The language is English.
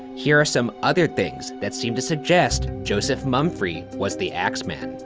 here are some other things that seem to suggest joseph mumfre yeah was the axeman.